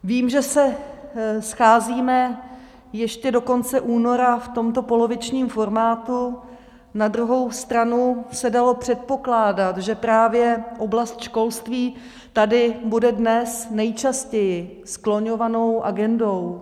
Vím, že se scházíme ještě do konce února v tomto polovičním formátu, na druhou stranu se dalo předpokládat, že právě oblast školství tady bude dnes nejčastěji skloňovanou agendou.